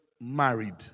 married